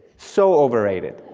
so overrated.